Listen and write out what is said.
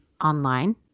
online